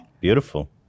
Beautiful